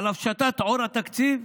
על הפשטת עור התקציב?